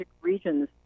regions